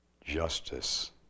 justice